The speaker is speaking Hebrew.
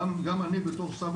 גם אני בתור סבא